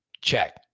check